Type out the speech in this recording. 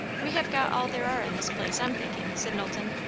we have got all there are in this place, i'm thinking, said knowlton,